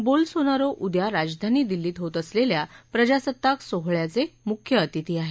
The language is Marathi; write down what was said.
बोल सोनारो उद्या राजधानी दिल्लीत होत असलेल्या प्रजासत्ताक सोहळ्याचे मुख्य अतिथी आहेत